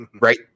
Right